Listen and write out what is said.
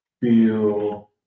feel